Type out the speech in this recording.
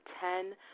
ten